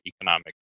economic